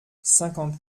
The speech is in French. cinquante